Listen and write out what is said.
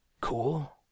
Cool